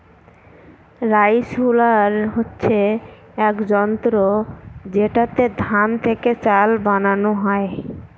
rice huller হচ্ছে এক যন্ত্র যেটাতে ধান থেকে চাল বানানো হয়